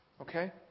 Okay